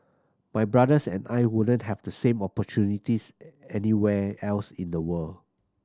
my brothers and I wouldn't have the same opportunities anywhere else in the world